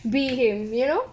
we him you know